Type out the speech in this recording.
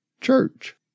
church